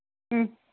മ്മ്